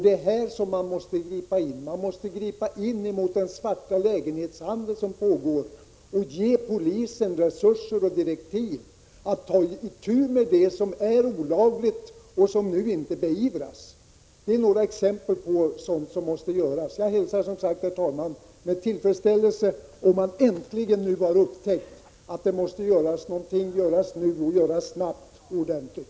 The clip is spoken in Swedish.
Det är här man måste gripa in, och man måste gripa in mot den svarta lägenhetshandel som pågår och ge polisen resurser och direktiv att ta itu med det som är olagligt och som nu inte beivras. Det är några exempel på sådant som måste göras. Jag hälsar som sagt, herr talman, med tillfredsställelse om man nu äntligen har upptäckt att det måste göras någonting och att det måste göras snabbt och ordentligt.